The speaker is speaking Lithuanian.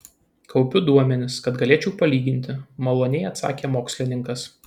kaupiu duomenis kad galėčiau palyginti maloniai atsakė mokslininkas